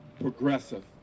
progressive